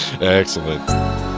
Excellent